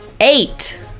Eight